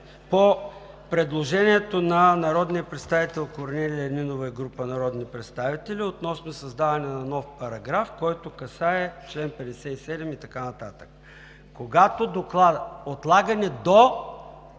по предложението на народния представител Корнелия Нинова и група народни представители относно създаване на нов параграф, който касае чл. 57 и така нататък. Отлагане до